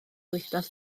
wythnos